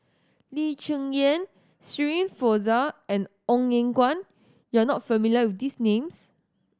Lee Cheng Yan Shirin Fozdar and Ong Eng Guan you are not familiar with these names